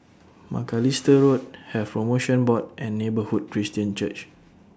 Macalister Road Health promotion Board and Neighbourhood Christian Church